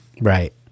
Right